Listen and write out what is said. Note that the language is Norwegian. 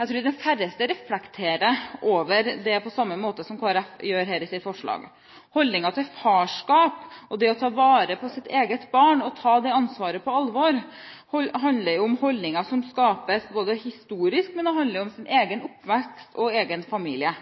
Jeg tror de færreste reflekterer over dette på samme måte som Kristelig Folkeparti gjør her i sitt forslag. Holdningen til farskap, til det å ta vare på eget barn og ta det ansvaret på alvor, handler om holdninger som skapes historisk, men det handler også om egen oppvekst og egen familie.